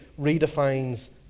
redefines